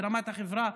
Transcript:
ברמת החברה,